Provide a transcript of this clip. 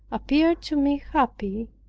appeared to me happy,